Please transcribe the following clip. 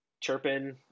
chirping